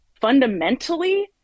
Fundamentally